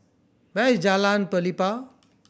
where is Jalan Pelepah